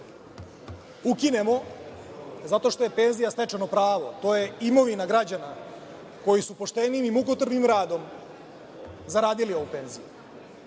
ukinemo zato što je penzija stečeno pravo. To je imovina građana koji su poštenim i mukotrpnim radom zaradili ovu penziju.